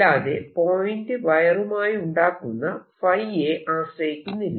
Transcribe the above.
അല്ലാതെ പോയിന്റ് വയറുമായി ഉണ്ടാക്കുന്ന ϕ യെ ആശ്രയിക്കുന്നില്ല